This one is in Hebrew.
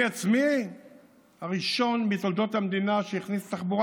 אני עצמי הראשון בתולדות המדינה שהכניס תחבורה